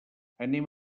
anem